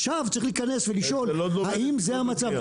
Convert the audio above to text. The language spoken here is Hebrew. עכשיו צריך להיכנס ולשאול האם זה המצב.